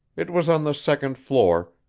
it was on the second floor,